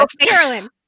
Carolyn